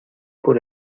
por